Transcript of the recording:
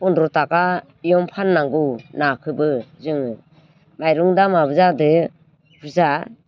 फन्द्र थाखा इयावनो फाननांगौ नाखोबो जोङो माइरं दामाबो जादो बुजा